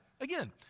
again